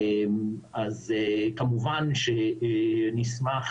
אז כמובן שנשמח